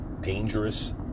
dangerous